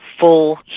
full